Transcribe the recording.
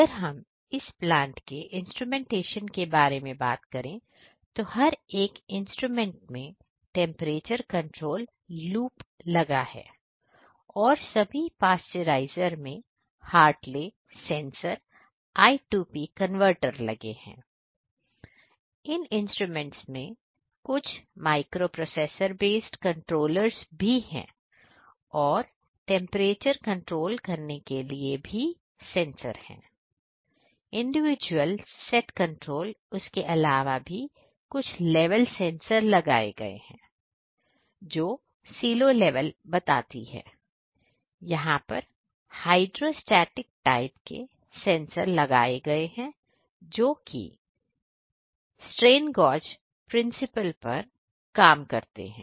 अगर हम इस प्लांट के इंस्ट्रूमेंटेशन के बारे में बात करें तो हर एक इंस्ट्रूमेंट में टेंपरेचर कंट्रोल लूप लगा है और सभी पाश्चराइजर में हार्टले सेंसर प्रिंसिपल्स पर काम करते हैं